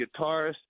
guitarist